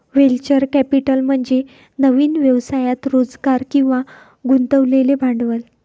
venture capital म्हणजे नवीन व्यवसायात रोजगार किंवा गुंतवलेले भांडवल